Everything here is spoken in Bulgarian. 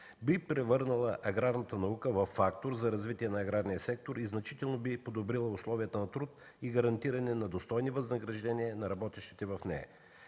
Би превърнала аграрната наука във фактор за развитие на аграрния сектор и значително би подобрила условията на труд и гарантиране на достойни възнаграждения на работещите в нея.